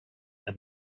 and